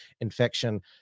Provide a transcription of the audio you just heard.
infection